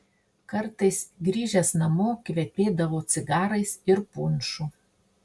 kartais grįžęs namo kvepėdavo cigarais ir punšu